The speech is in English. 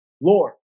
Lord